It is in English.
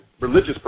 religious